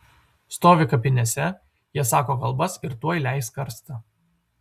stovi kapinėse jie sako kalbas ir tuoj leis karstą